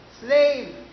slave